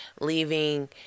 leaving